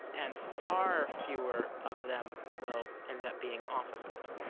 and far fewer of them will end up being officers.